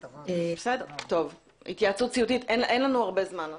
בסדר, התייעצות סיעתית, אין לנו הרבה זמן,